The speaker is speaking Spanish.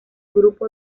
grupo